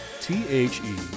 T-H-E